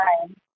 time